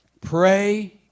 pray